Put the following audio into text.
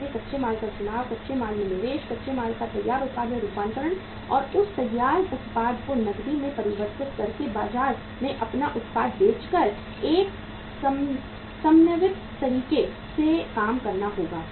इसलिए कच्चे माल का चुनाव कच्चे माल में निवेश कच्चे माल का तैयार उत्पाद में रूपांतरण और उस तैयार उत्पाद को नकदी में परिवर्तित करके बाजार में अपना उत्पाद बेचकर एक समन्वित तरीके से काम करना होगा